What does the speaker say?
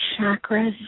chakras